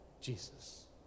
Jesus